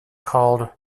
called